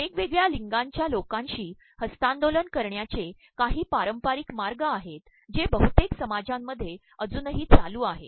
वेगवेगळ्या मलंगांच्या लोकांशी हस्त्तांदोलन करण्याचे काही पारंपाररक मागय आहेत जे बहुतेक समाजांमध्ये अजूनही चालू आहेत